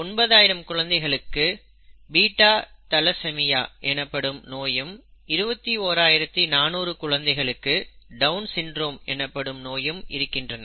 9000 குழந்தைகளுக்கு beta thalassemia எனப்படும் நோயும் 21400 குழந்தைகளுக்கு டவுன் சிண்ட்ரோம் எனப்படும் நோயும் இருக்கின்றன